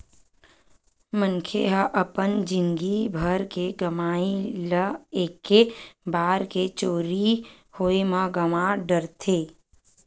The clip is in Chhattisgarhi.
मनखे ह अपन जिनगी भर के कमई ल एके बार के चोरी होए म गवा डारथे